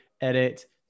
edit